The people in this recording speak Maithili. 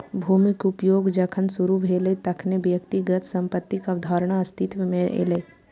भूमिक उपयोग जखन शुरू भेलै, तखने व्यक्तिगत संपत्तिक अवधारणा अस्तित्व मे एलै